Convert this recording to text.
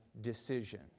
decision